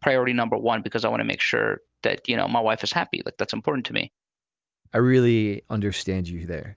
priority number one, because i want to make sure that, you know, my wife is happy, that that's important to me i really understand you there.